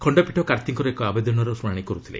ଖଣ୍ଡପୀଠ କାର୍ତ୍ତିଙ୍କର ଏକ ଆବେଦନର ଶ୍ରଣାଣି କରୁଥିଲେ